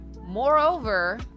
moreover